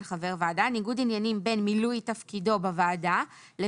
של חבר הוועדה ניגוד עניינים בין מילוי